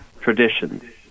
traditions